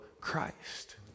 Christ